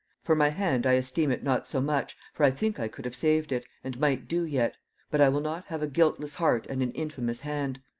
for my hand, i esteem it not so much, for i think i could have saved it, and might do yet but i will not have a guiltless heart and an infamous hand.